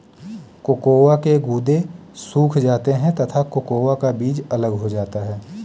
cocoa के गुदे सूख जाते हैं तथा कोकोआ का बीज अलग हो जाता है